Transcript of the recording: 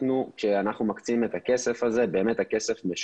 כשאנחנו מקצים את הכסף הזה הכסף באמת